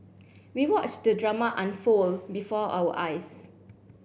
we watched the drama unfold before our eyes